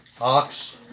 ox